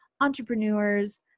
entrepreneurs